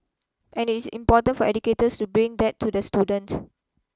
and it is important for educators to bring that to the student